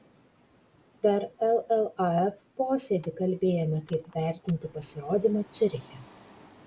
per llaf posėdį kalbėjome kaip vertinti pasirodymą ciuriche